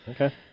Okay